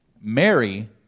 Mary